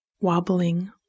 wobbling